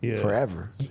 forever